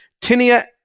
Tinea